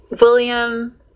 William